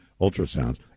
ultrasounds